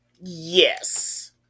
Yes